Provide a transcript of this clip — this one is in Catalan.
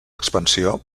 expansió